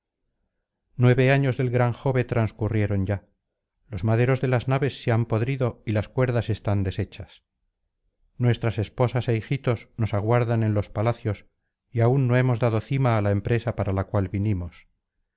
nueve años del gran jove transcurrieron ya los maderos de las naves se han podrido y las cuerdas están deshechas nuestras esposas é hijitos nos aguardan en los palacios y aún no hemos dado cima á la empresa para la cual vinimos